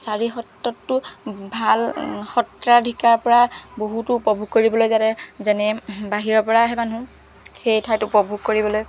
চাৰি সত্ৰতটো ভাল সত্ৰাধিকাৰ পৰা বহুতো উপভোগ কৰিবলৈ যাতে যেনে বাহিৰৰ পৰা আহে মানুহ সেই ঠাইত উপভোগ কৰিবলৈ